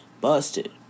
busted